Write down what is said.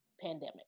pandemic